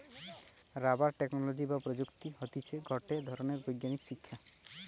rubber technology বা প্রযুক্তি হতিছে গটে ধরণের বৈজ্ঞানিক শিক্ষা